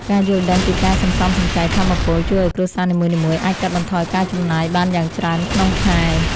ការយល់ដឹងពីការសន្សំសំចៃថាមពល ជួយឱ្យគ្រួសារនីមួយៗអាចកាត់បន្ថយការចំណាយបានយ៉ាងច្រើនក្នុងខែ។